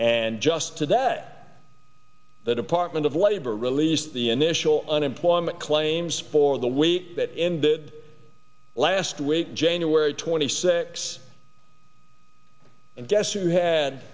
just today the department of labor released the initial unemployment claims or the wait that ended last week january twenty six and guess who had